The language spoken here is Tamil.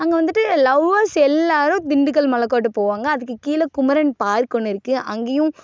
அங்க வந்துட்டு லவ்வர்ஸ் எல்லோரும் திண்டுக்கல் மலைக்கோட்டை போவாங்க அதுக்கு கீழே குமரன் பார்க் ஒன்று இருக்குது அங்கேயும்